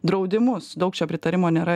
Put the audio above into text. draudimus daug čia pritarimo nėra